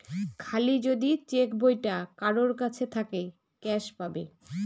খালি যদি চেক বইটা কারোর কাছে থাকে ক্যাস পাবে